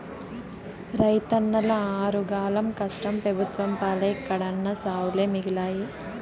రైతన్నల ఆరుగాలం కష్టం పెబుత్వం పాలై కడన్నా సావులే మిగిలాయి